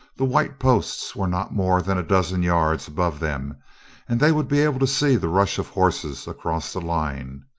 the white posts were not more than a dozen yards above them and they would be able to see the rush of horses across the line.